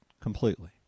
completely